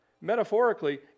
metaphorically